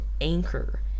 anchor